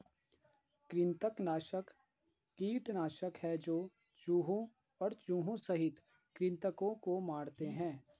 कृंतकनाशक कीटनाशक है जो चूहों और चूहों सहित कृन्तकों को मारते है